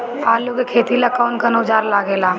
आलू के खेती ला कौन कौन औजार लागे ला?